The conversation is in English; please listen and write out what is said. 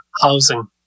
housing